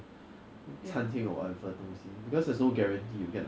but 他们一定要驾车的 because 他们的 public transport 是不好的